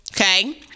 Okay